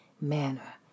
manner